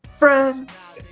Friends